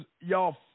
y'all